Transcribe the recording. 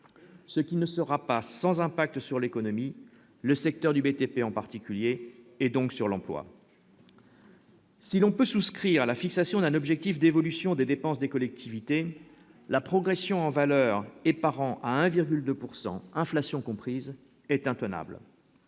ce qui ne sera pas sans impact sur l'économie, le secteur du BTP en particulier et donc sur l'emploi. Si l'on peut souscrire à la fixation d'un objectif d'évolution des dépenses des collectivités, la progression en valeur et par à 1,2 pourcent inflation comprise, est intenable